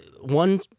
One